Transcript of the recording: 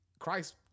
Christ